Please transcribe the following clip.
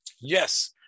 Yes